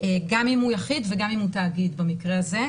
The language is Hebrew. גם אם הוא יחיד וגם אם הוא תאגיד במקרה הזה,